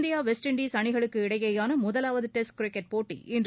India West Indies அணிகளுக்கிடையேயான முதலாவது test cricket போட்டி இன்று